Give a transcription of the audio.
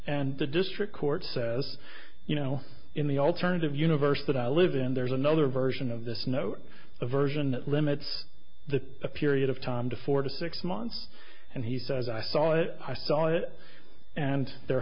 and the district court says you know in the alternative universe that i live in there's another version of this note a version limits the period of time to four to six months and he says i saw it i saw it and the